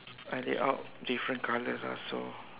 I lay out different colors ah so